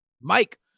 mike